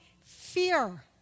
fear